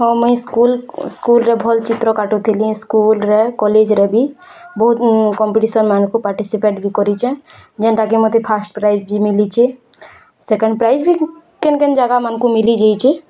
ହଁ ମୁଇଁସ୍କୁଲ୍ରେ ଭଲ୍ ଚିତ୍ର କାଟୁଥିଲି ସ୍କୁଲ୍ ରେ କଲେଜରେ ବି ବହୁତ୍ କମ୍ପିଟେସନ୍ ମାନଙ୍କୁ ପାଟିସିପେଟ୍ ବି କରିଚେଁ ଯେନ୍ତା କି ମୋତେ ଫାଷ୍ଟ୍ ପ୍ରାଇଜ୍ ବି ମିଲିଚେ ସେକେଣ୍ଡ୍ ପ୍ରାଇଜ୍ ବି କେନ୍ କେନ୍ ଜାଗା ମାନ୍ଙ୍କୁ ମିଲିଯାଇଚେ